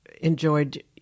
enjoyed